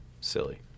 silly